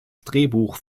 drehbuch